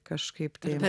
kažkaip tai